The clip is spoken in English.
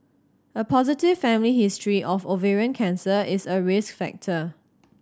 a positive family history of ovarian cancer is a risk factor